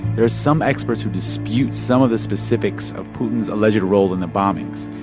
there are some experts who dispute some of the specifics of putin's alleged role in the bombings.